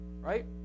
right